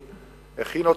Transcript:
הכין,